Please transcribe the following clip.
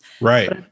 Right